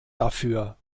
dafür